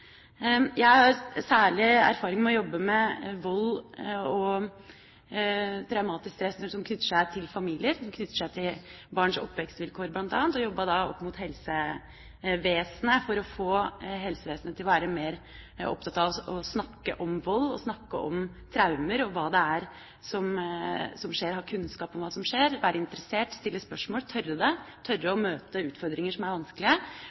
Jeg har særlig erfaring med å jobbe med vold og traumatisk stress som knytter seg til familier, som knytter seg til barns oppvekstvilkår bl.a., og jobbet da opp mot helsevesenet for å få helsevesenet til å være mer opptatt av å snakke om vold, å snakke om traumer og hva det er som skjer, få kunnskap om hva som skjer, være interessert, stille spørsmål, tørre det og tørre å møte utfordringer som er vanskelige.